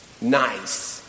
Nice